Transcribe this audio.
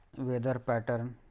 weather pattern